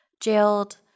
jailed